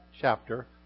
chapter